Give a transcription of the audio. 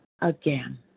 Again